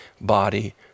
body